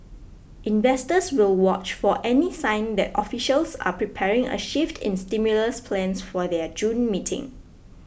investors will watch for any sign that officials are preparing a shift in stimulus plans for their June meeting